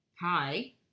Hi